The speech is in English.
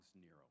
Nero